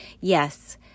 yes